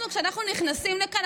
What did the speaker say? כשאנחנו נכנסים לכאן,